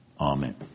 Amen